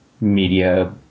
Media